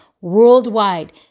worldwide